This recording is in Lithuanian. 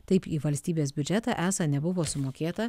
taip į valstybės biudžetą esą nebuvo sumokėta